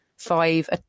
Five